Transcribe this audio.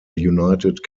united